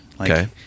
Okay